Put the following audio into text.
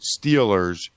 Steelers